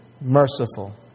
Merciful